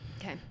Okay